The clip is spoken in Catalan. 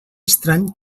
estrany